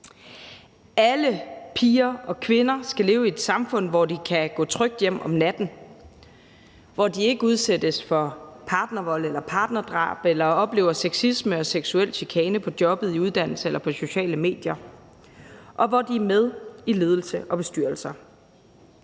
Alle piger og kvinder skal leve i et samfund, hvor de kan gå trygt hjem om natten, hvor de ikke udsættes for partnervold eller partnerdrab eller oplever sexisme og seksuel chikane på jobbet, uddannelsesstederne eller de sociale medier, og hvor de er med i ledelser og bestyrelser.